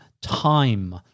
time